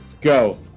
go